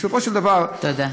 בסופו של דבר, תודה.